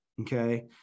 okay